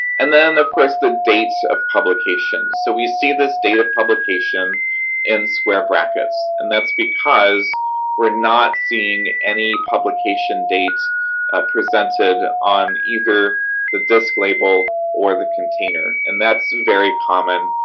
and then, of course, the date of publication. so, we see this date of publication in square brackets. and that's because we're not seeing any publication date presented on either the disc label or the container. and that's very common.